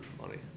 money